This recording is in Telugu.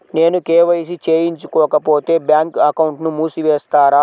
నేను కే.వై.సి చేయించుకోకపోతే బ్యాంక్ అకౌంట్ను మూసివేస్తారా?